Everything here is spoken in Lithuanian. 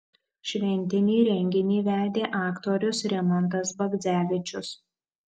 šventinį renginį vedė aktorius rimantas bagdzevičius